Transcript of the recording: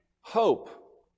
hope